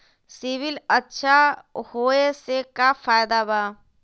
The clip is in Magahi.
सिबिल अच्छा होऐ से का फायदा बा?